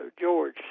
George